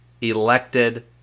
elected